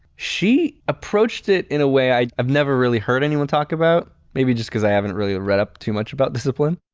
she approached it in a way i've never really heard anyone talk about. maybe just because i haven't really read up too much about discipline.